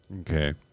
Okay